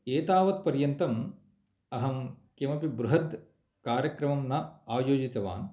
एतावत् पर्यन्तम् अहं किमपि बृहत् कार्यक्रमं न आयोजितवान्